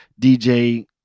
DJ